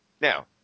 Now